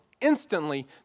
instantly